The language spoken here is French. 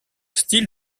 style